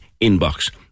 inbox